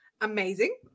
amazing